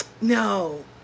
no